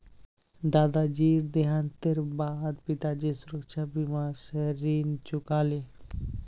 दादाजीर देहांतेर बा द पिताजी सुरक्षा बीमा स ऋण चुका ले